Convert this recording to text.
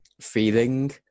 feeling